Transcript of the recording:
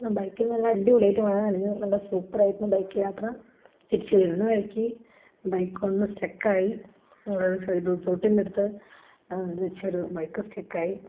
ബൈക്കിന് നല്ല അടിപൊളിയട്ട് മഴ നനഞ്ഞു നല്ല സൂപ്പറായിരുന്നു ബൈക്ക് യാത്ര തിരിച്ചു വരുന്ന വഴിക്ക് ബൈക്കൊന്ന് സ്റ്റക്കായി ഞങ്ങള് ചെറിയ റിസോർട്ടിൻ്റെ അടുത്തുവച്ചൊരു ബൈക്ക് സ്റ്റക്കായി